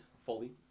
fully